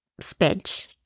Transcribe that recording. spent